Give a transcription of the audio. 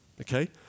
okay